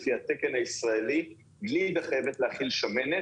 לפי התקן הישראלי גלידה חייבת להכיל שמנת,